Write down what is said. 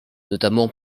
notamment